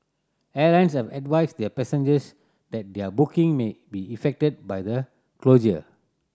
airlines have advised their passengers that their booking may be effected by the closure